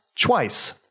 twice